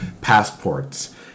passports